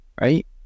Right